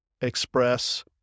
express